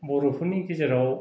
बर'फोरनि गेजेराव